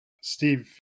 Steve